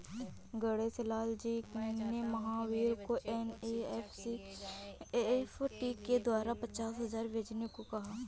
गणेश लाल जी ने महावीर को एन.ई.एफ़.टी के द्वारा पचास हजार भेजने को कहा